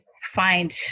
find